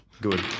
Good